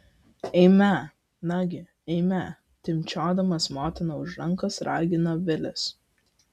eime nagi eime timpčiodamas motiną už rankos ragino vilis